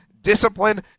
discipline